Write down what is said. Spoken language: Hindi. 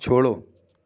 छोड़ो